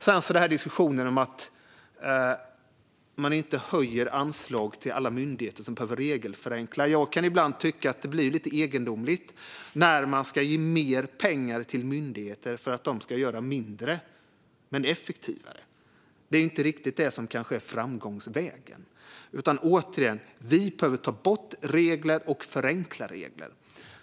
Beträffande diskussionen att man inte höjer anslagen till alla myndigheter som behöver regelförenkla kan jag ibland tycka att det blir lite egendomligt att man ska ge mer pengar till myndigheter för att de ska göra mindre men effektivare. Det är kanske inte riktigt det som är framgångsvägen. Återigen: Vi behöver ta bort regler och förenkla regler.